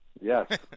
Yes